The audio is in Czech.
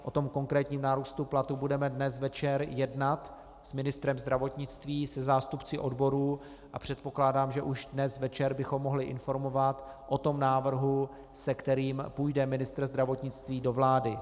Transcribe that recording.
O konkrétním nárůstu platů budeme dnes večer jednat s ministrem zdravotnictví a se zástupci odborů a předpokládám, že už dnes večer bychom mohli informovat o návrhu, se kterým půjde ministr zdravotnictví do vlády.